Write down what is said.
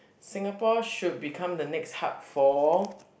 Singapore should become the next hub for